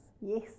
yes